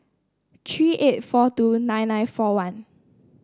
three eight four two nine nine four one